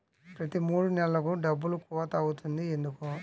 ప్రతి మూడు నెలలకు డబ్బులు కోత అవుతుంది ఎందుకు?